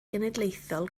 genedlaethol